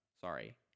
sorry